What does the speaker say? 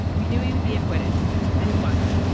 we knew he would be acquitted and he was.